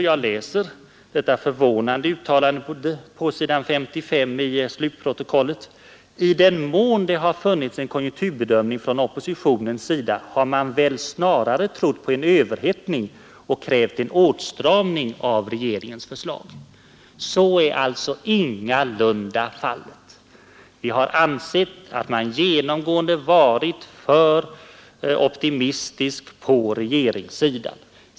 Jag läser detta förvånande uttalande, som står på s. 55 i det slutliga protokollet: ”I den mån det har funnits en konjunkturbedömning från oppositionens sida har man väl snarare trott på en överhettning och krävt en åtstramning av regeringens förslag.” Så är alltså ingalunda fallet. Vi har ansett att man genomgående varit för optimistisk på regeringssidan.